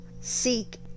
seek